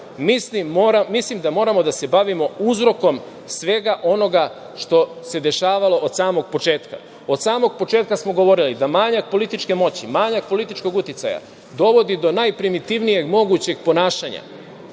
Mislim da moramo da se bavimo uzrokom svega onoga što se dešavalo od samog početka. Od samog početka smo govorili da manjak političke moći, manjak političkog uticaja, dovodi do najprimitivnijeg mogućeg ponašanja